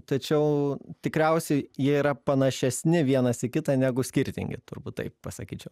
tačiau tikriausiai jie yra panašesni vienas į kitą negu skirtingi turbūt taip pasakyčiau